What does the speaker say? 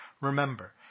Remember